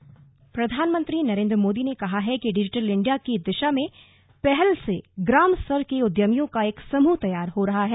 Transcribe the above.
digital India प्रधानमंत्री नरेन्द्र मोदी ने कहा है कि डिजिटल इंडिया की दिशा में पहल से ग्राम स्तर के उद्यमियों का एक समूह तैयार हो रहा है